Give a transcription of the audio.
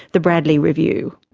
the bradley review.